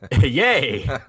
Yay